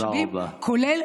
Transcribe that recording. תודה רבה.